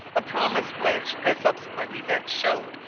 a promise which, as subsequent events showed,